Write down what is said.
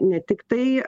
ne tiktai